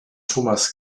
thomas